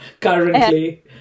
currently